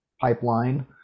pipeline